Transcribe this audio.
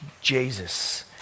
Jesus